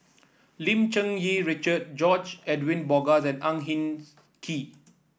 Lim Cherng Yih Richard George Edwin Bogaars and Ang Hin Kee